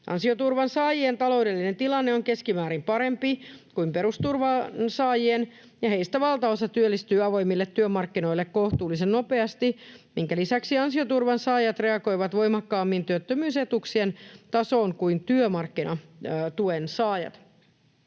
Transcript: Ansioturvan saajien taloudellinen tilanne on keskimäärin parempi kuin perusturvan saajien, ja heistä valtaosa työllistyy avoimille työmarkkinoille kohtuullisen nopeasti, minkä lisäksi ansioturvan saajat reagoivat voimakkaammin työttömyysetuuksien tasoon kuin työmarkkinatuen saajat.